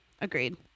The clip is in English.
Agreed